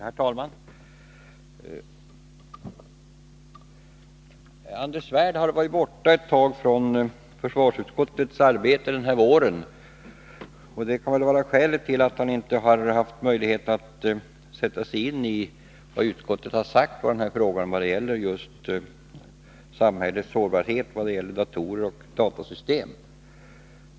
Herr talman! Anders Svärd har ju varit borta från försvarsutskottets arbete ett tag den här våren, och det kan vara skälet till att han inte har haft möjlighet att sätta sig in i vad utskottet har sagt i fråga om samhällets sårbarhet vad gäller datorer och datasystem.